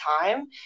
time